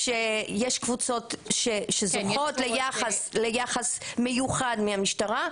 יש קבוצות שזוכות ליחס מיוחד מהמשטרה,